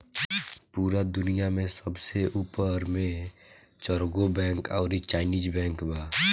पूरा दुनिया में सबसे ऊपर मे चरगो बैंक अउरी चाइनीस बैंक बा